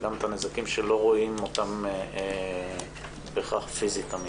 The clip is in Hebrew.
גם את הנזקים שלא רואים פיזית תמיד.